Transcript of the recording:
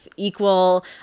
equal